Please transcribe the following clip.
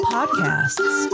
Podcasts